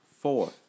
Four